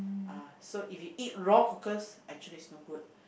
uh so if you eat raw cockles actually it's no good